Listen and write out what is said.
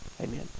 Amen